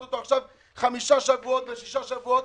אותו עכשיו חמישה שבועות ושישה שבועות.